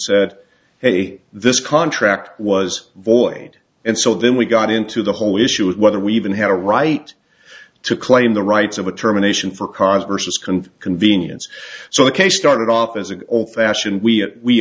said hey this contract was void and so then we got into the whole issue of whether we even have a right to claim the rights of a terminations for cars versus can convenience so the case started off as an old fashioned we